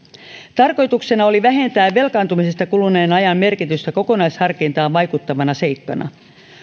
tarkoituksena oli vähentää velkaantumisesta kuluneen ajan merkitystä kokonaisharkintaan vaikuttavana seikkana